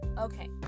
Okay